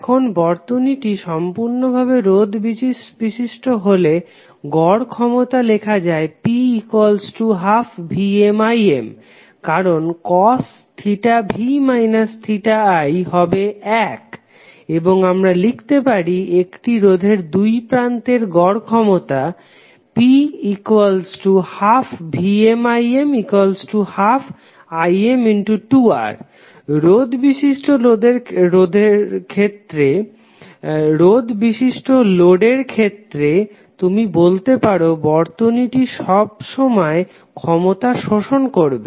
এখন বর্তনীটি সম্পূর্ণভাবে রোধ বিশিষ্ট হলে গড় ক্ষমতা লেখা যায় P12VmIm কারণ cos v i হবে এক এবং আমরা লিখতে পারি একটি রোধের দুই প্রান্তের গড় ক্ষমতা P12VmIm12Im2R রোধ বিশিষ্ট লোডের ক্ষেত্রে তুমি বলতে পারো বর্তনীটি সবসময় ক্ষমতা শোষণ করবে